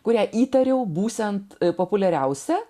kurią įtariau būsiant populiariausia